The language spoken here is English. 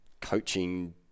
coaching